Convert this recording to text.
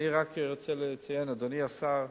אדוני השר,